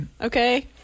Okay